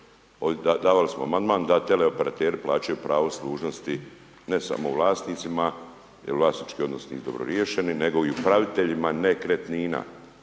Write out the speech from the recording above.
davali smo amandman, da teleoperateri plaćaju pravo služnosti, ne samo vlasnicima, jer vlasnički odnos nije dobro riješen nego i upravitelja nekretnina.